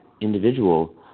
individual